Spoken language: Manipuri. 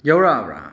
ꯌꯧꯔꯛꯑꯕ꯭ꯔꯥ